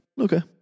Okay